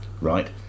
Right